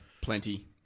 plenty